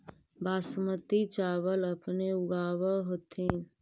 बासमती चाबल अपने ऊगाब होथिं?